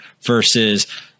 versus